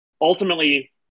ultimately